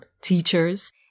teachers